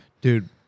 Dude